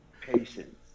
Patience